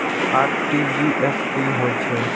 RTGS की होय छै